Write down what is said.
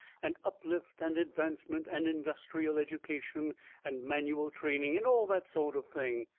and uplift and advancement and industrial education and manual training and all that sort of thing.